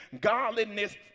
godliness